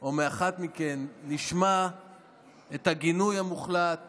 או מאחת מכן נשמע את הגינוי המוחלט